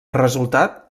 resultat